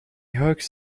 hoax